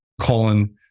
Colin